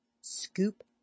Scoop